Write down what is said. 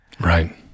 Right